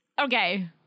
Okay